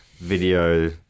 video